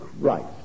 Christ